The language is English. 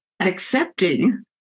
accepting